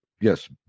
Yes